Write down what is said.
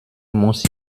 muss